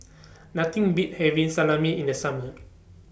Nothing Beats having Salami in The Summer